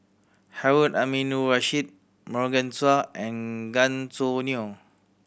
Harun Aminurrashid Morgan Chua and Gan Choo Neo